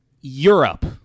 Europe